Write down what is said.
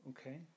Okay